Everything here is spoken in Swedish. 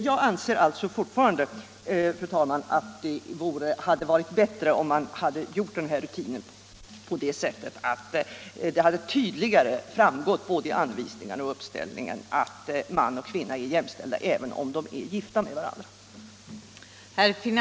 Jag anser alltså fortfarande, fru talman, att det hade varit bättre om man gjort den här rutinen på ett sådant sätt att det tydligare hade framgått, både i anvisningarna och i uppställningen, att man och kvinna är jämställda även om de är gifta med varandra.